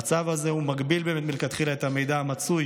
המצב הזה מגביל מלכתחילה את המידע המצוי